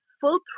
full